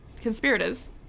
conspirators